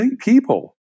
people